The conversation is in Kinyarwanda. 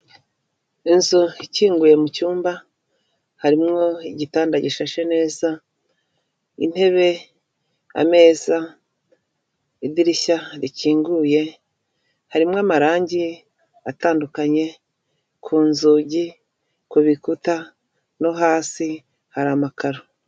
Inzu ikinguye mu cyumba, harimo igitanda gishashe neza, intebe, ameza, idirishya rikinguye, harimo amarangi atandukanye, ku nzugi, ku bikuta, no hasi hari amakararo.